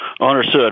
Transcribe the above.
understood